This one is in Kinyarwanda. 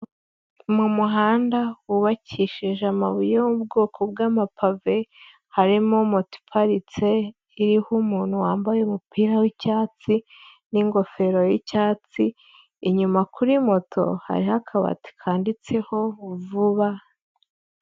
Mu muhanda wubakishije amabuye yo mu bwoko bw'amapave; harimo moto iparitse iriho umuntu wambaye umupira w'icyatsi n'ingofero y'icyatsi, inyuma kuri moto hariho akabati kanditseho '' Vuba''.